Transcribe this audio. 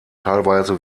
teilweise